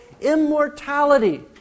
immortality